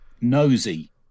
nosy